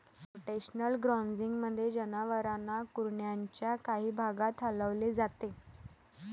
rotational ग्राझिंगमध्ये, जनावरांना कुरणाच्या काही भागात हलवले जाते